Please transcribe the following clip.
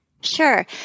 Sure